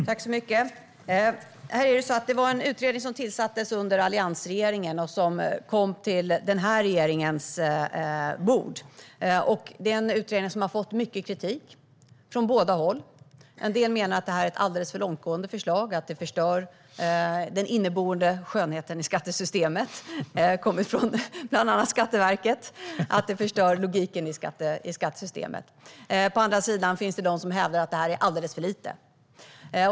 Fru ålderspresident! Det här är en utredning som tillsattes under alliansregeringen och kom till den här regeringens bord. Utredningen har fått mycket kritik från båda håll. En del menar att det är ett alldeles för långtgående förslag, att det förstör den inneboende skönheten i skattesystemet. Det har kommit kritik från bland annat Skatteverket att det förstör logiken i skattesystemet. På andra sidan finns det de som hävdar att det här är alldeles för lite.